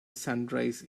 sunrise